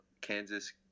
Kansas